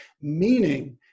meaning